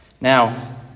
Now